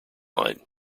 line